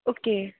okay